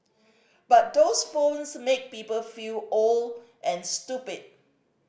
but those phones make people feel old and stupid